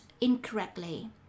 incorrectly